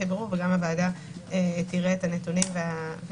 גם הוועדה תראה את הנתונים.